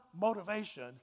motivation